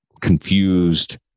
confused